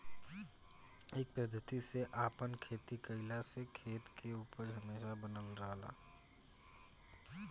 ए पद्धति से आपन खेती कईला से खेत के उपज हमेशा बनल रहेला